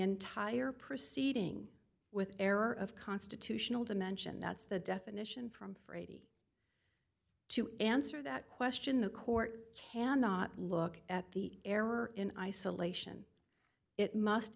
entire proceeding with error of constitutional dimension that's the definition from fraidy to answer that question the court cannot look at the error in isolation it must